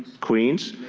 queens.